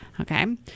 okay